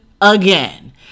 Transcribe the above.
again